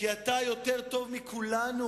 כי אתה, יותר טוב מכולנו,